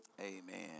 Amen